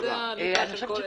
זו הליבה של כל העסק.